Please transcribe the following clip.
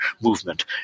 movement